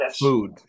food